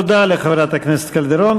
תודה לחברת הכנסת קלדרון.